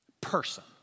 Person